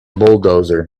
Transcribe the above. bulldozer